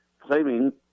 claiming